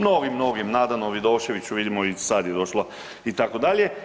No ovim novim, Nadanu Vidoševiću, vidimo i sad je došla, itd.